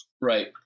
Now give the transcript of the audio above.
Right